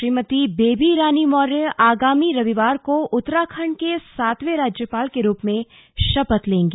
श्रीमती बेबी रानी मौर्य आगामी रविवार को उत्तराखण्ड के सातवें राज्यपाल के रूप में शपथ लेंगी